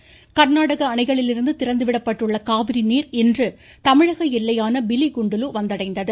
கா்நாடக அணைகளிலிருந்து திறந்துவிடப்பட்டுள்ள காவிரி நீர் இன்று தமிழக எல்லையான பிலிகுண்டுலு வந்தடைந்தது